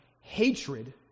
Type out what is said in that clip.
hatred